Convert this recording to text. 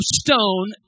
stone